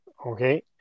Okay